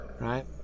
right